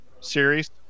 series